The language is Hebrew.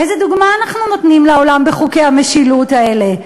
איזו דוגמה אנחנו נותנים לעולם בחוקי המשילות האלה?